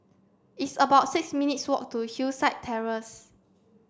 it's about six minutes' walk to Hillside Terrace